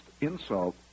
insult